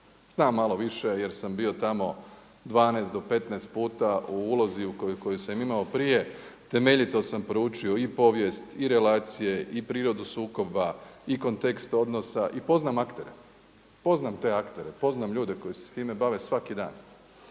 znam malo više jer sam bio tamo 12 do 15 puta u ulozi koju sam imao prije, temeljito sam proučio i povijest i relacije i prirodu sukoba i kontekst odnosa i poznam aktere. Poznam te aktere, poznam ljude koji se s time bave svaki dan.